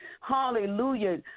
hallelujah